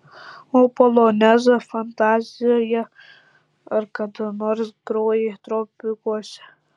o polonezą fantaziją ar kada nors grojai tropikuose